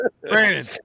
Brandon